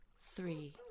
three